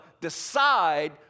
decide